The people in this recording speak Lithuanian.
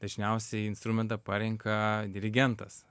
dažniausiai instrumentą parenka dirigentas